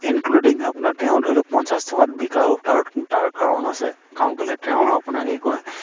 including আপোনাৰ তেওঁ ধৰি লওক পঞ্চাছ টকাত বিকাৰো তাৰ তাৰ কাৰণ আছে কাৰণ কেলৈ তেওঁৰ আপোনাৰ কি কয়